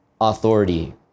authority